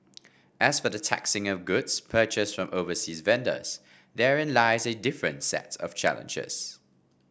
as for the taxing of goods purchased from overseas vendors therein lies a different sets of challenges